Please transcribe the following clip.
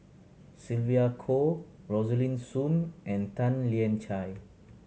Sylvia Kho Rosaline Soon and Tan Lian Chye